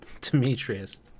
Demetrius